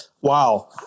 Wow